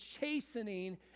chastening